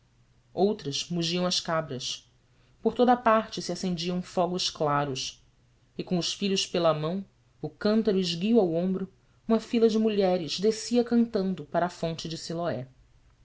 outras mungiam as cabras por toda a parte se acendiam fogos claros e com os filhos pela mão o cântaro esguio ao ombro uma fila de mulheres descia cantando para a fonte de siloé